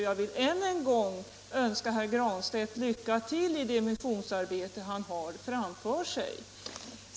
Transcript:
Jag vill än en gång önska herr Granstedt lycka till i det missionsarbete han har framför sig.